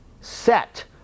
set